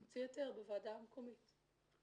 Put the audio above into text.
להוציא היתר בוועדה המקומית.